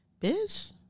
bitch